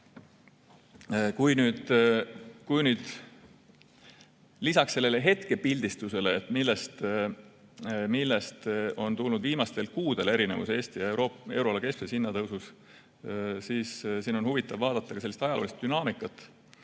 suunas. Lisaks sellele hetkepildistusele, millest on tulnud viimastel kuudel erinevus Eesti ja euroala keskmises hinnatõusus, on huvitav vaadata ka sellist ajaloolist dünaamikat.